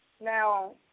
Now